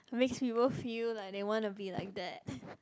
makes people feel like they wanna be like that